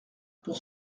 pour